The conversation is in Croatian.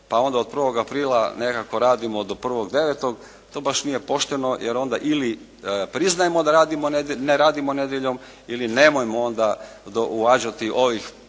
pa onda od 1. aprila nekako radimo do 1.9. to baš nije pošteno, jer onda ili priznajmo da ne radimo nedjeljom ili nemojmo onda uvađati ovih